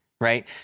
right